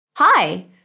Hi